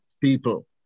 people